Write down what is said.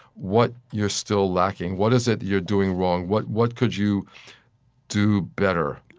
what you're still lacking. what is it you're doing wrong? what what could you do better?